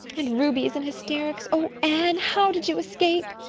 and ruby is in hysterics oh, anne, how did you escape?